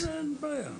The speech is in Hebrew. אין בעיה.